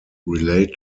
relate